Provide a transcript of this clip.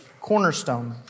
cornerstone